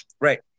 Right